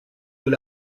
dans